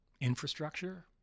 infrastructure